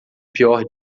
pior